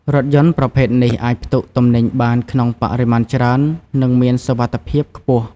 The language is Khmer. រថយន្តប្រភេទនេះអាចផ្ទុកទំនិញបានក្នុងបរិមាណច្រើននិងមានសុវត្ថិភាពខ្ពស់។